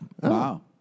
Wow